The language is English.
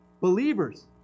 Believers